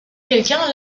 quelqu’un